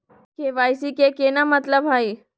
KYC के का मतलब हई?